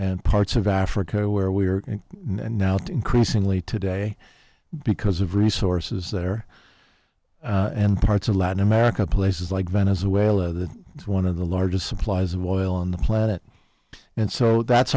and parts of africa where we are and now to increasingly today because of resources there and parts of latin america places like venezuela that is one of the largest supplies of oil on the planet and so that's